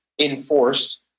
enforced